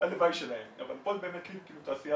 הלוואי שלהן אבל פה באמת יש תעשיה